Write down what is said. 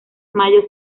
mayo